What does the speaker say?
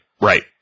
right